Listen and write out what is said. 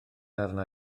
arna